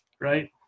right